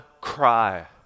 cry